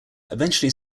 eventually